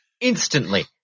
Instantly